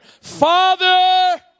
Father